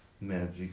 Magic